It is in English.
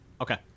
Okay